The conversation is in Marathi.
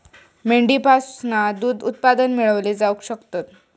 मेंढीपासना दूध उत्पादना मेळवली जावक शकतत